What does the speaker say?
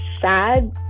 sad